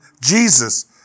Jesus